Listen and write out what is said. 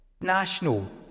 national